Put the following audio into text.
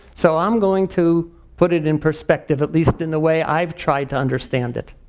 so i'm going to put it in perspective, at least in the way i've tried to understand it.